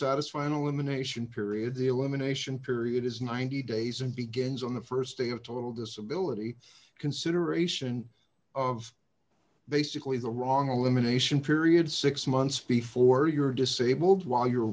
elimination period the elimination period is ninety days and begins on the st day of total disability consideration of basically the wrong elimination period six months before you're disabled while you're